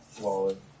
Wallet